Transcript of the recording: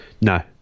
No